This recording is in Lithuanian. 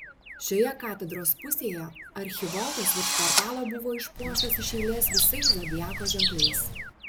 šioje katedros pusėje archivoltas virš portalo buvo išpuoštas iš eilės visais zodiako ženklais